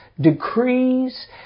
decrees